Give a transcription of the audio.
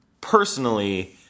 personally